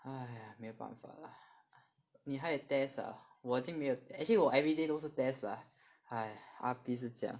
!haiya! 没有办法 lah 你还有 test ah 我已经没有 actually 我 everyday 都是 test lah !hais! R_P 是这样